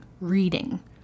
reading